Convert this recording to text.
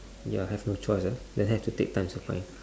ya have no choice ah then have to take times